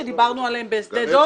שדיברנו עליהם בשדה דב.